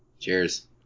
Cheers